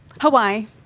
Hawaii